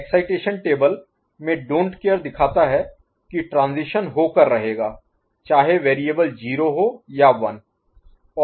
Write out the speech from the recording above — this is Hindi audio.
एक्साइटेशन टेबल में डोंट केयर Don't Care दिखाता है कि ट्रांजीशन हो कर रहेगा चाहे वेरिएबल 0 हो या 1